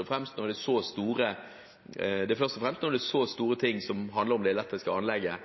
når det er så store ting som handler om det elektriske anlegget,